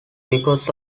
because